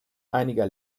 einiger